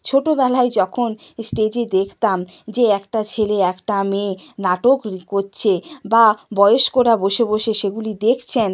ছোটবেলায় যখন স্টেজে দেখতাম যে একটা ছেলে একটা মেয়ে নাটক করছে বা বয়স্করা বসে বসে সেগুলি দেখছেন